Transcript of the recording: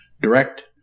direct